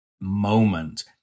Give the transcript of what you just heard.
moment